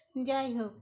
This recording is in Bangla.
যাই হোক